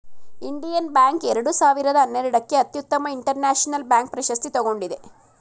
Indian bank ಎರಡು ಸಾವಿರದ ಹನ್ನೆರಡಕ್ಕೆ ಅತ್ಯುತ್ತಮ ಇಂಟರ್ನ್ಯಾಷನಲ್ ಬ್ಯಾಂಕ್ ಪ್ರಶಸ್ತಿ ತಗೊಂಡಿದೆ